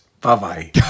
Bye-bye